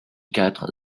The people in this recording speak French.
quatre